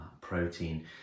protein